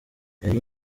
yari